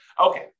Okay